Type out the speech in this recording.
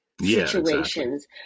situations